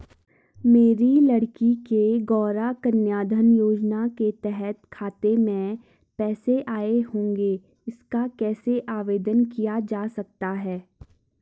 मेरी लड़की के गौंरा कन्याधन योजना के तहत खाते में पैसे आए होंगे इसका कैसे आवेदन किया जा सकता है?